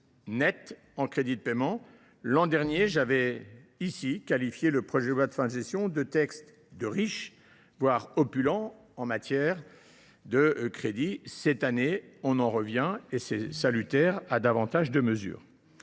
net de crédits de paiement. L’an dernier, j’avais, ici, qualifié le projet de loi de fin de gestion de texte « riche, voire opulent ». Cette année, on en revient, et c’est salutaire, à davantage de mesure.